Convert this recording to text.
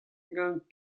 gant